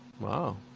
Wow